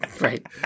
Right